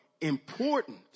important